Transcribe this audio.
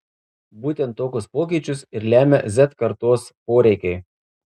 būtent tokius pokyčius ir lemia z kartos poreikiai